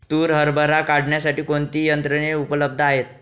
तूर हरभरा काढण्यासाठी कोणती यंत्रे उपलब्ध आहेत?